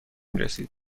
رسید